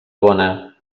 bona